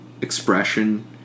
expression